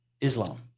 Islam